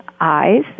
eyes